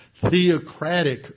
theocratic